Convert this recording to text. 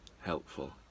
helpful